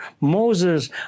Moses